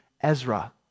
Ezra